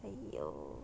!aiyo!